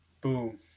Boom